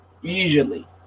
usually